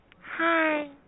Hi